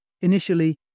Initially